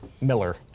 Miller